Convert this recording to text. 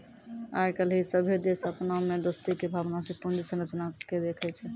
आइ काल्हि सभ्भे देश अपना मे दोस्ती के भावना से पूंजी संरचना के देखै छै